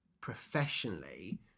professionally